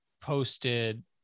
posted